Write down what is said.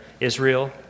Israel